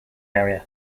area